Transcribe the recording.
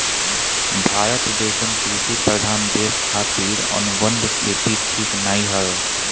भारत जइसन कृषि प्रधान देश खातिर अनुबंध खेती ठीक नाइ हवे